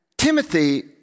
Timothy